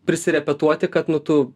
prisirepetuoti kad nu tu